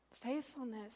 Faithfulness